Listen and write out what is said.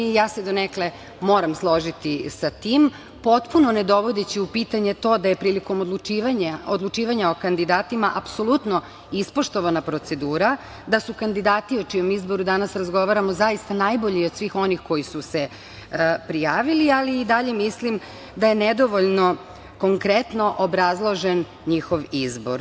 Ja se donekle moram složiti sa tim, potpuno ne dovodeći u pitanje da je prilikom odlučivanja o kandidatima apsolutno ispoštovana procedura, da su kandidati o čijem izboru danas razgovaramo, zaista najbolji od svih onih koji su se prijavili, ali i dalje mislim da je nedovoljno konkretno obrazložen njihov izbor.